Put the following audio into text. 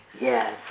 yes